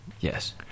yes